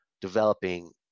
developing